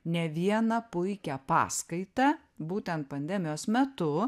ne vieną puikią paskaitą būtent pandemijos metu